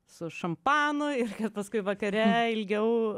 su šampanu ir paskui vakare ilgiau